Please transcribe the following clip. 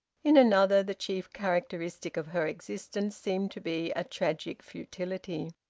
in another the chief characteristic of her existence seemed to be a tragic futility.